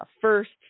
first